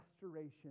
restoration